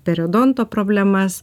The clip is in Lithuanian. periodonto problemas